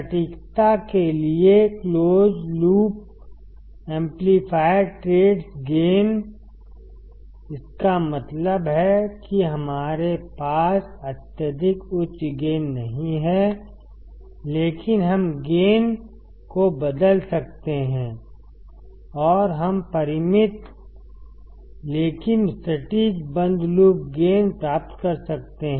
सटीकता के लिए क्लोज़ लूप का एम्पलीफायर ट्रेड्स गेन इसका मतलब है कि यहाँ हमारे पास अत्यधिक उच्च गेन नहीं है लेकिन हम गेन को बदल सकते हैं और हम परिमित लेकिन सटीक बंद लूप गेन प्राप्त कर सकते हैं